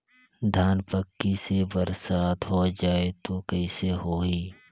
धान पक्की से बरसात हो जाय तो कइसे हो ही?